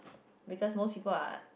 because most people are